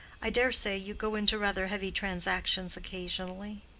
i dare say you go into rather heavy transactions occasionally.